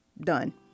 done